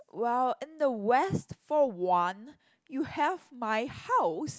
wow in the west for one you have my house